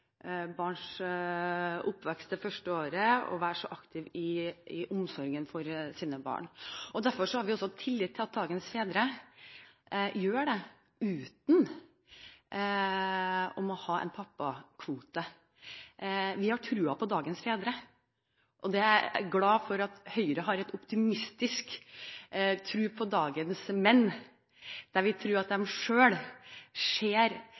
barns oppvekst det første året og være så aktive i omsorgen for sine barn. Derfor har vi også tillit til at dagens fedre gjør det uten å måtte ha en pappakvote. Vi har tro på dagens fedre. Jeg er glad for at Høyre har en optimistisk tro på dagens menn, at vi tror at de selv ser